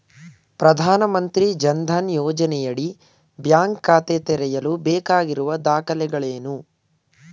ಪ್ರಧಾನಮಂತ್ರಿ ಜನ್ ಧನ್ ಯೋಜನೆಯಡಿ ಬ್ಯಾಂಕ್ ಖಾತೆ ತೆರೆಯಲು ಬೇಕಾಗಿರುವ ದಾಖಲೆಗಳೇನು?